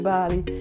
Bali